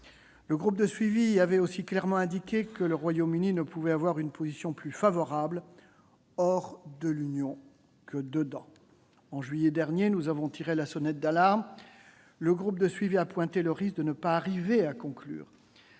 Le groupe de suivi avait aussi clairement indiqué que le Royaume-Uni ne pouvait avoir une position plus favorable en dehors de l'Union que dedans. En juillet dernier, nous avons tiré la sonnette d'alarme. Le groupe de suivi a pointé le risque de ne pas arriver à conclure